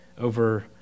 over